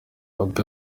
ubwo